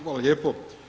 Hvala lijepo.